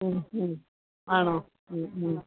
ആണോ